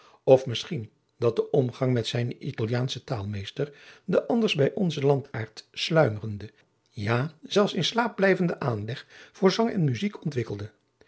of misschien dat de omgang met zijnen italiaanschen taalmeester den anders bij onzen landaard sluimerenden ja zelfs in slaap blijvenden aanleg voor zang en muzijk ontwikkelde